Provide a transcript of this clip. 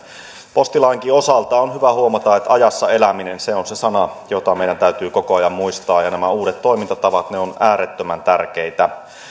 postilainkin osalta on hyvä huomata että ajassa eläminen on se sana joka meidän täytyy koko ajan muistaa ja nämä uudet toimintatavat ovat äärettömän tärkeitä